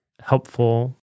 helpful